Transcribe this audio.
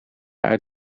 uit